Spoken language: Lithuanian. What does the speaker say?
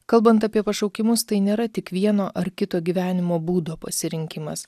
kalbant apie pašaukimus tai nėra tik vieno ar kito gyvenimo būdo pasirinkimas